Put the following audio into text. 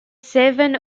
seven